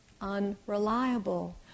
unreliable